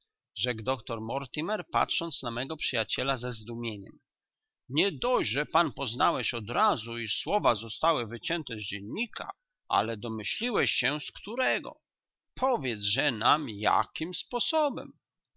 rzekł doktor mortimer patrząc na mego przyjaciela ze zdumieniem nie dość że pan poznałeś odrazu iż słowa zostały wycięte z dziennika ale domyśliłeś się z którego powiedz-że nam jakim sposobem